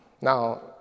Now